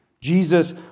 Jesus